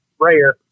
rare